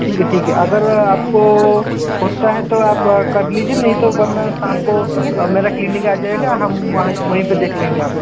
ठीक है ठीक है अगर आप को होता है तो आप कर लीजिए नहीं तो वरना शाम को मेरे क्लिनिक आ जाइगा हम वहां वहीं पे देख लेंगे आप को